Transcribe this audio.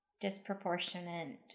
disproportionate